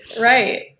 right